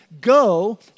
go